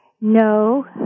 No